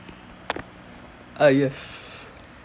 uh yes